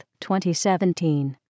2017